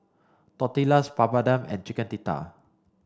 Tortillas Papadum and Chicken Tikka